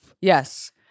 Yes